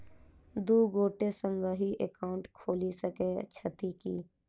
दु गोटे संगहि एकाउन्ट खोलि सकैत छथि की?